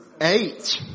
Eight